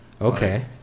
Okay